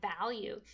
value